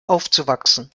aufzuwachsen